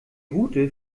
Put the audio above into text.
route